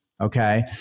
Okay